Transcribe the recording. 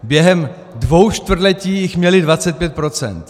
Během dvou čtvrtletí jich měli 25 %.